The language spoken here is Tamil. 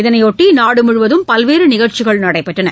இதனையொட்டி நாடுமுழுவதும் பல்வேறு நிகழ்ச்சிகள் நடைபெற்றன